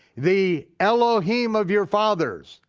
the elohim of your fathers,